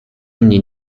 mnie